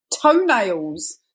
toenails